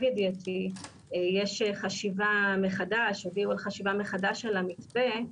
ידיעתי יש חשיבה מחדש הביאו עוד חשיבה מחדש של המתווה,